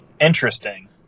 Interesting